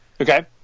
okay